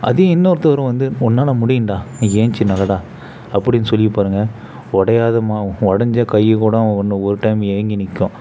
அதே இன்னொருத்தவர் வந்து உன்னால முடியும்டா நீ எந்துச்சி நடடா அப்படின்னு சொல்லி பாருங்க உடையாத மா உடஞ்ச கையும் கூடம் ஒன்னு ஒரு டைம் ஏங்கி நிற்கும்